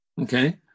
okay